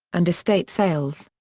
and estate sales.